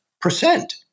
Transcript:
percent